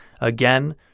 again